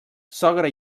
sogra